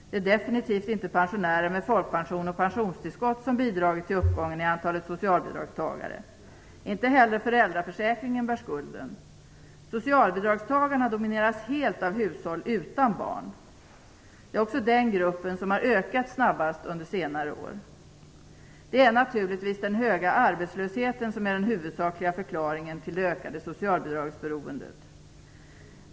Det är definitivt inte pensionärer med folkpension och pensionstillskott som bidragit till uppgången i antalet socialbidragstagare. Inte heller föräldraförsäkringen bär skulden. Socialbidragstagarna domineras helt av hushåll utan barn. Det är också den gruppen som har ökat snabbast under senare år. Det är naturligtvis den höga arbetslösheten som är den huvudsakliga förklaringen till det ökade socialbidragsberoendet.